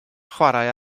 chware